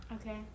Okay